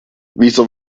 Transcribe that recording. wieso